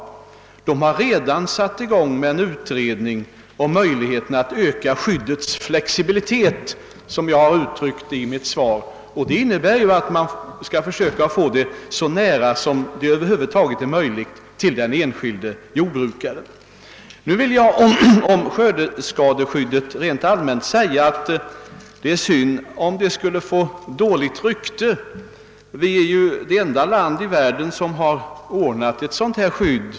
Nämnden har redan satt i gång en utredning om möjligheten att öka skyddets flexibilitet — såsom jag uttryckte det i mitt svar — och det innebär att man skall försöka få försäkringen att så nära som det över huvud taget är möjligt svara mot den enskilde jordbrukarens behov. Om skördeskadeskyddet vill jag rent allmänt säga att det är synd om det skulle få dåligt rykte. Sverige är ju det enda land som har ordnat ett sådant skydd.